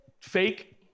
fake